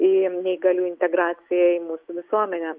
į neįgaliųjų integraciją į mūsų visuomenę